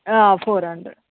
four hundred